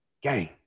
Gang